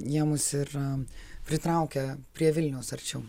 jie mus ir pritraukia prie vilniaus arčiau